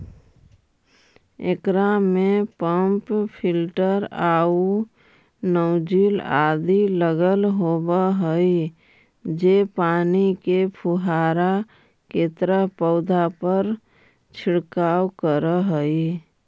एकरा में pump filter आउ नॉजिल आदि लगल होवऽ हई जे पानी के फुहारा के तरह पौधा पर छिड़काव करऽ हइ